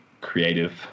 creative